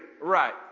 Right